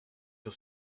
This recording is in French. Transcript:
sur